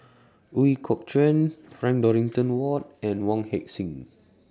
Ooi Kok Chuen Frank Dorrington Ward and Wong Heck Sing